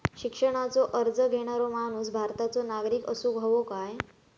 शिक्षणाचो कर्ज घेणारो माणूस भारताचो नागरिक असूक हवो काय?